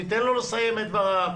ניתן לו לסיים את דבריו.